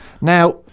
Now